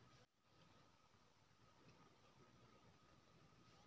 हमर खाता के विवरण के आधार प कोनो ऋण भेट सकै छै की?